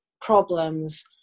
problems